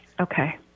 Okay